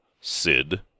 Sid